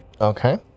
Okay